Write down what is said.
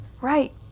Right